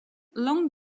long